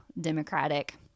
Democratic